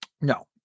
no